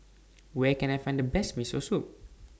Where Can I Find The Best Miso Soup